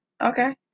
Okay